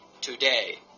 today